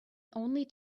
only